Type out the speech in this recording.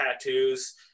tattoos